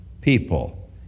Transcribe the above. people